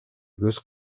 көз